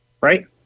right